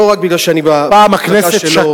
לא רק מפני שאני במפלגה שלו,